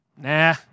Nah